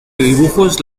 dibujos